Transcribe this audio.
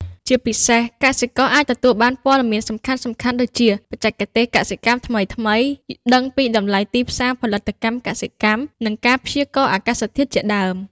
ជាពិសេស កសិករអាចទទួលបានព័ត៌មានសំខាន់ៗដូចជា បច្ចេកទេសកសិកម្មថ្មីៗ ដឹងពីតម្លៃទីផ្សារផលិតផលកសិកម្ម និងការព្យាករណ៍អាកាសធាតុជាដើម។